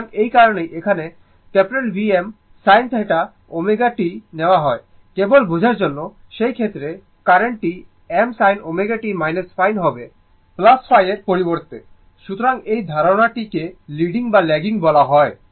সুতরাং এই কারণেই এখানে Vm sin ω t নেওয়া হয় কেবল বোঝার জন্য সেই ক্ষেত্রে কারেন্ট টি m sin ω t ϕ হবে ϕ এর পরবর্তী সুতরাং এই ধারণাটি কে লিডিং বা ল্যাগিং বলা হয়